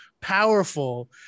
powerful